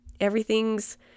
Everything's